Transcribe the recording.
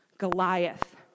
Goliath